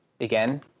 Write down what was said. again